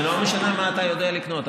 זה לא משנה מה אתה יודע לקנות.